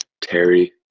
Terry